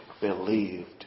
believed